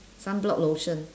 sunblock lotion